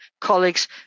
colleagues